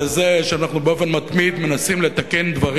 זה שבאופן מתמיד אנחנו מנסים לתקן דברים